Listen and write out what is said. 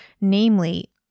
Namely